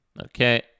Okay